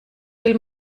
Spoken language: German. will